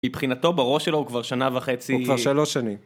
מבחינתו בראש שלו הוא כבר שנה וחצי. הוא כבר שלוש שנים.